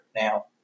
Now